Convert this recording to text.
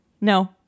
no